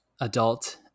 adult